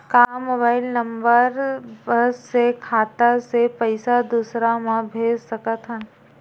का mobile number बस से खाता से पईसा दूसरा मा भेज सकथन?